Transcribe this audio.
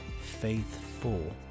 Faithful